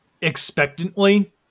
expectantly